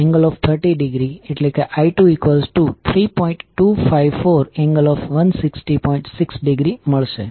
તેથી તમે જોશો કે જ્યારે તમે આની જેમ એન્ડ મુકશો ત્યારે તમારો અંગૂઠો આ દિશામાં હશે